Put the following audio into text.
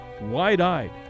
wide-eyed